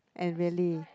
and really